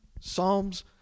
Psalms